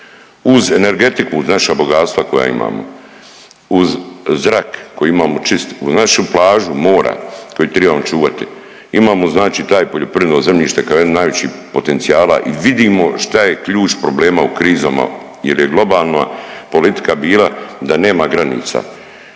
Uz energetiku, naša bogatstva koja imamo, uz zrak koji imamo čist, uz našu plažu, mora koji trebamo čuvati, imamo znači taj poljoprivredno zemljište kao jedan od najvećih potencijala i vidimo šta je ključ problema u krizama jer je globalna politika bila da nema granica.